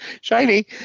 Shiny